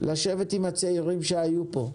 מהשר ומהמנכ"ל, לשבת עם הצעירים שהיו פה.